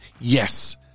Yes